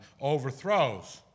overthrows